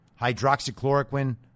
Hydroxychloroquine